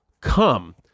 come